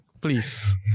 please